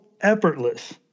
effortless